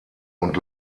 und